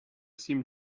seem